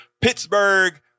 Pittsburgh